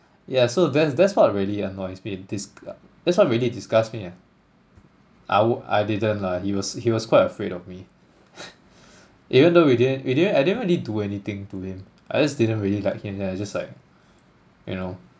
yeah so that's that's what really annoys me disg~ that's what really disgusts me ah I would I didn't lah he was he was quite afraid of me even though we didn't we didn't I didn't really do anything to him I just didn't really like him then I just like you know